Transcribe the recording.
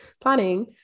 planning